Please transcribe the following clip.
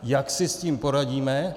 Jak si s tím poradíme?